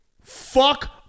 Fuck